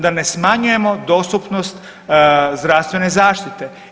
Da ne smanjujemo dostupnost zdravstvene zaštite.